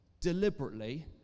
Deliberately